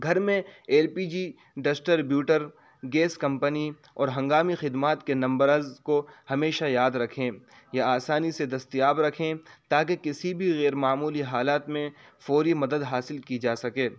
گھر میں L P G distributor gas company اور ہنگامی خدمات کے نمبرز کو ہمیشہ یاد رکھیں یا آسانی سے دستیاب رکھیں تاکہ کسی بھی غیرمعمولی حالات میں فوری مدد حاصل کی جا سکے